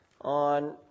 on